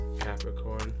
Capricorn